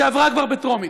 שעברה כבר בטרומית,